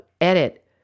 edit